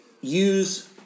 use